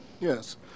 Yes